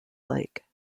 lake